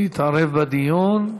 להתערב בדיון,